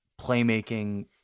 playmaking